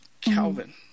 Calvin